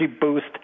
boost